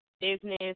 business